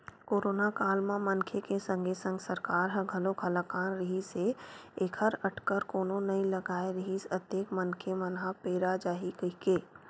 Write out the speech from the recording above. करोनो काल म मनखे के संगे संग सरकार ह घलोक हलाकान रिहिस हे ऐखर अटकर कोनो नइ लगाय रिहिस अतेक मनखे मन ह पेरा जाही कहिके